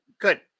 good